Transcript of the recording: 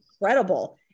incredible